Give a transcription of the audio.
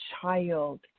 child